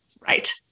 right